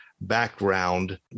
background